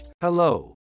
Hello